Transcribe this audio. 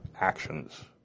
Actions